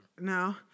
No